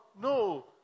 No